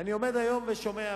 ואני עומד היום ושומע,